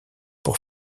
pour